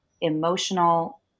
emotional